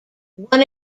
one